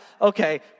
Okay